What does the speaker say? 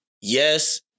Yes